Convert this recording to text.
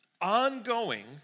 ongoing